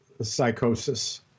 psychosis